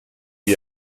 wie